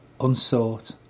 unsought